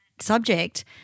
subject